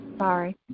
Sorry